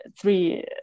three